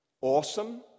awesome